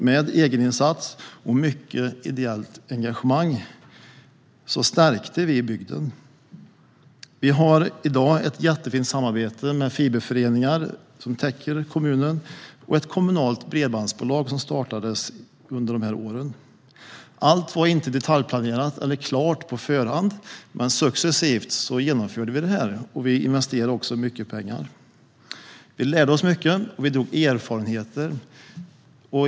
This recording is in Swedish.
Med egna insatser och stort ideellt engagemang stärkte vi bygden. Vi har i dag ett jättefint samarbete med fiberföreningar som täcker kommunen och ett kommunalt bredbandsbolag som startades under de här åren. Allt var inte detaljplanerat eller klart på förhand, men successivt genomförde vi det här. Vi investerade också mycket pengar. Vi lärde oss mycket och fick erfarenheter.